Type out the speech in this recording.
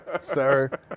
sir